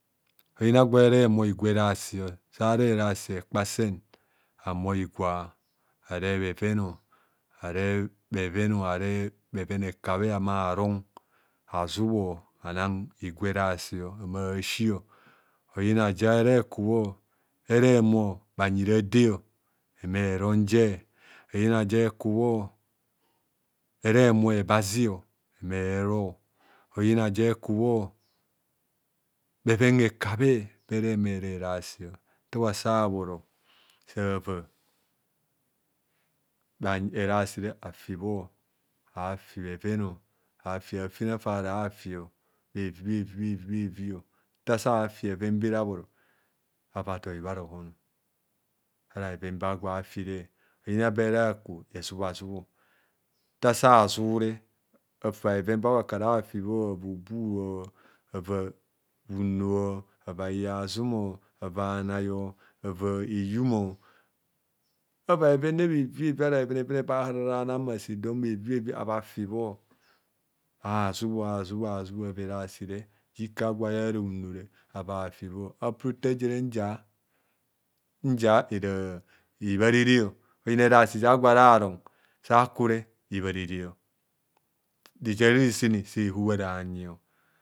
Oyina gwen humo higwa erasio oyina je ekubho era humo banyi rade oyina ekubho ehumo ebasi.